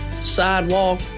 sidewalk